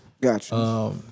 Gotcha